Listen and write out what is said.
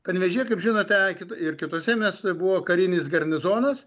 panevėžyje kaip žinote ir kituose miestuose buvo karinis garnizonas